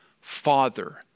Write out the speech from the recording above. father